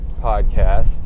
podcast